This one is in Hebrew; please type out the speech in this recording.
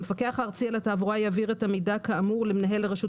המפקח הארצי על התעבורה יעביר את המידע כאמור למנהל הרשות